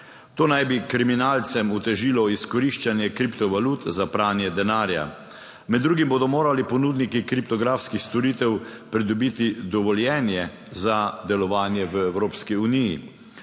To naj bi kriminalcem otežilo izkoriščanje kriptovalut za pranje denarja. Med drugim bodo morali ponudniki kriptografskih storitev pridobiti dovoljenje za delovanje v Evropski uniji.